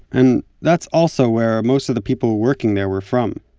and that's also where most of the people working there were from.